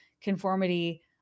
conformity